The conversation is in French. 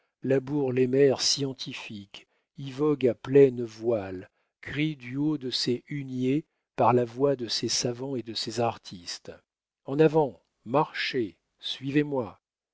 laboure les mers scientifiques y vogue à pleines voiles crie du haut de ses huniers par la voix de ses savants et de ses artistes en avant marchez suivez-moi